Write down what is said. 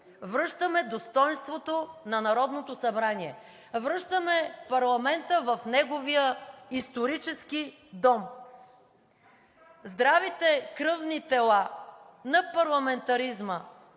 връщаме достойнството на Народното събрание. Връщаме парламента в неговия исторически дом. Здравите кръвни тела на парламентаризма